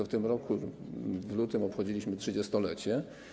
W tym roku, w lutym, obchodziliśmy trzydziestolecie.